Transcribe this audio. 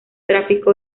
tráfico